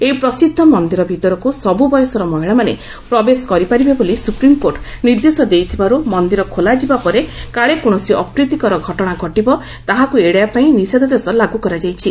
ଏହି ପ୍ରସିଦ୍ଧ ମନ୍ଦିର ଭିତରକୁ ସବୁ ବୟସର ମହିଳାମାନେ ପ୍ରବେଶ କରିପାରିବେ ବୋଲି ସୁପ୍ରିମ୍କୋର୍ଟ ନିର୍ଦ୍ଦେଶ ଦେଇଥିବାରୁ ମନ୍ଦିର ଖୋଲାଯିବା ପରେ କାଳେ କୌଣସି ଅପ୍ରୀତିକର ଘଟଣା ଘଟିବ ତାହାକୁ ଏଡାଇବାପାଇଁ ନିଷେଧାଦେଶ ଲାଗୁ କରାଯାଇଛି